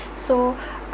so